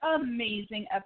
amazing